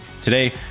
Today